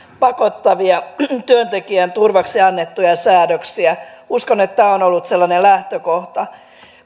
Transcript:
pakottavia työntekijän turvaksi annettuja säädöksiä uskon että tämä on ollut sellainen lähtökohta